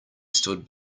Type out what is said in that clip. stood